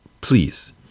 Please